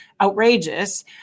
outrageous